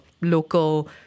local